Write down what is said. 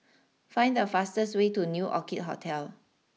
find the fastest way to new Orchid Hotel